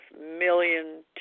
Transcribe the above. million